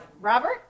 Robert